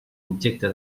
objecte